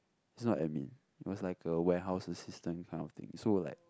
is not admin it was like a warehouse assistant kind of thing so like